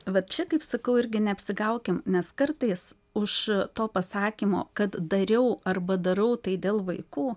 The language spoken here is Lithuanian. va čia kaip sakau irgi neapsigaukim nes kartais už to pasakymo kad dariau arba darau tai dėl vaikų